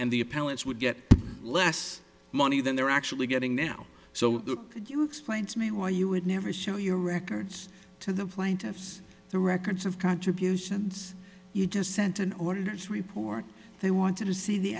and the appellant's would get less money than they're actually getting now so you explain to me why you would never show your records to the plaintiffs the records of contributions you just sent an orders report they want to see the